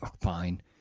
fine